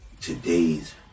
today's